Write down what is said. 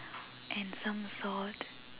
and some sauce